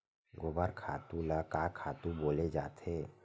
गोबर खातु ल का खातु बोले जाथे?